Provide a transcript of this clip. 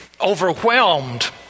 overwhelmed